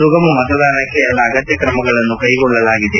ಸುಗಮ ಮತದಾನಕ್ಕೆ ಎಲ್ಲ ಅಗತ್ಯ ಕ್ರಮಗಳನ್ನು ಕೈಗೊಳ್ಳಲಾಗಿದೆ